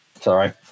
Sorry